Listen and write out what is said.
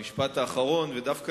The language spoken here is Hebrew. משפט אחד לעובדות.